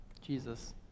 Jesus